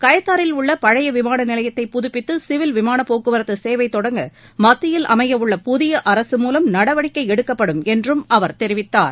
கயத்தாறில் உள்ள பழைய விமான நிலையத்தை புதுப்பித்து சிவில் விமானப் போக்குவரத்து சேவை தொடங்க மத்தியில் அமைய உள்ள புதிய அரசு மூலம் நடவடிக்கை எடுக்கப்படும் என்றும் அவர் தெரிவித்தார்